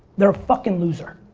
they're a fucking loser.